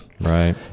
Right